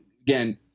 again